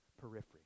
periphery